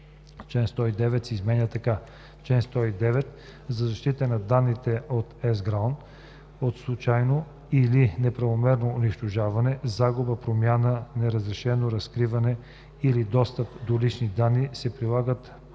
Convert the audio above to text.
„Чл. 109. За защита на данните от ЕСГРАОН от случайно или неправомерно унищожаване, загуба, промяна, неразрешено разкриване или достъп до лични данни, се прилагат